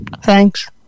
thanks